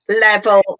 level